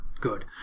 good